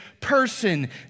person